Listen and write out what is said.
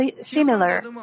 similar